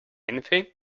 anything